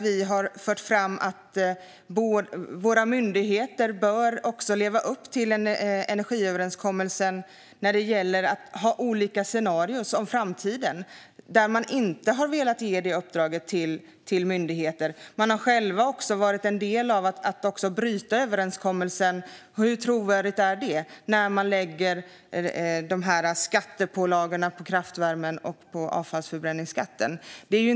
Vi har fört fram att våra myndigheter också bör leva upp till energiöverenskommelsen i fråga om olika scenarier om framtiden. Man har inte velat ge det uppdraget till myndigheter. Man har själv brutit överenskommelsen när man lägger skattepålagor på kraftvärme och avfallsförbränning. Hur trovärdigt är det?